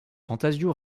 fantasio